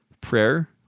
prayer